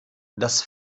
das